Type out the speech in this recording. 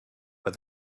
but